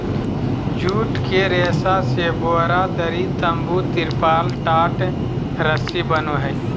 जुट के रेशा से बोरा, दरी, तम्बू, तिरपाल, टाट, रस्सी बनो हइ